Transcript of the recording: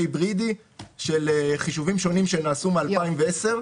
היברידי של חישובים שונים שנעשו מ-2010.